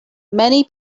many